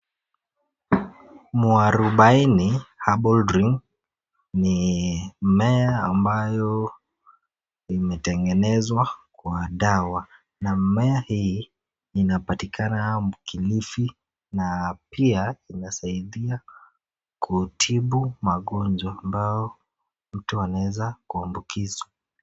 Mwarubaini herbal drink ni mimea ambayo imetengenezwa kwa dawa . Mimea hii inapatikana kilifi na pia, inasaidia kutibu magonjwa ambayo mtu anaweza kuambukizwa.